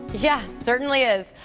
yeah certainly is.